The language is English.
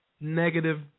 negative